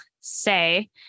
say